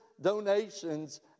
donations